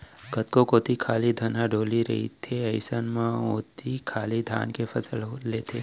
कतको कोती खाली धनहा डोली रथे अइसन म ओती खाली धाने के फसल लेथें